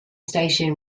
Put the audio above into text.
station